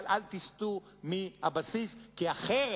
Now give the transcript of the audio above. ואל תסטו מהבסיס, כי אחרת